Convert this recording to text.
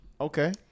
Okay